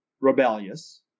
rebellious